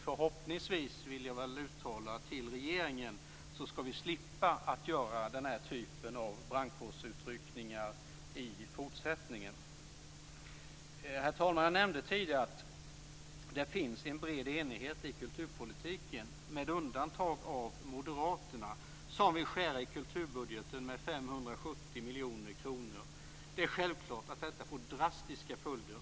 Förhoppningsvis, vill jag uttala till regeringen, skall vi slippa att göra den här typen av brandkårsutryckningar i fortsättningen. Herr talman! Jag nämnde tidigare att det finns en bred enighet i kulturpolitiken med undantag för Moderaterna. De vill skära i kulturbudgeten med 570 miljoner kronor. Det är självklart att detta får drastiska följder.